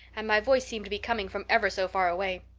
and my voice seemed to be coming from ever so far away.